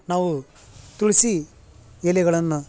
ನಾವು ತುಳಸಿ ಎಲೆಗಳನ್ನು